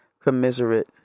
commiserate